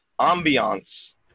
Ambiance